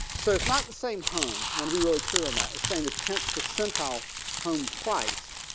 so it's not the same home. when we really clear on that saying the tenth percentile home price